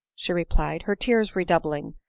she replied, her tears redoub ling,